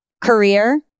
career